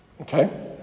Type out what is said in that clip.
Okay